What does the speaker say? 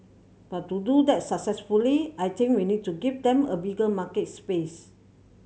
but to do that successfully I think we need to give them a bigger market space